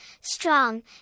strong